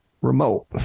remote